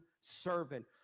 servant